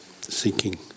seeking